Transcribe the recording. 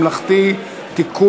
ביטוח בריאות ממלכתי (תיקון,